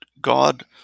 God